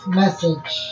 message